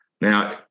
Now